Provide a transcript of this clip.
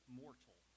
mortal